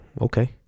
okay